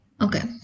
okay